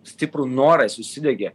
stiprų norą jis užsidegė